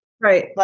Right